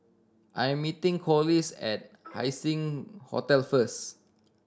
I am meeting Corliss at Haising Hotel first